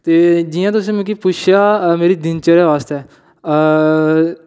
ते जिं'या तुसें मिकी पुच्छेआ मेरी दिनचर्या आस्तै